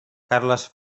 carles